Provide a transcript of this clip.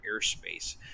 airspace